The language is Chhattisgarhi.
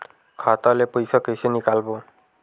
खाता ले पईसा कइसे निकालबो?